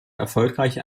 erfolgreich